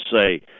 say